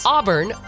Auburn